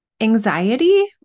anxiety